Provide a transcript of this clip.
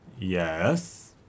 Yes